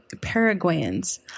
paraguayans